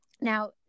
Now